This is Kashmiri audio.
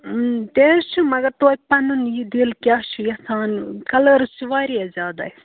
تہِ حظ چھُ مگر توتہِ پَنُن یہِ دِل کیٛاہ چھُ یَژھان کَلٲرٕس چھُ واریاہ زیادٕ اَسہِ